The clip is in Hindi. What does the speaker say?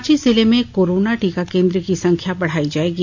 रांची जिले में कोरोना टीका केन्द्र की संख्या बढ़ायी जायेगी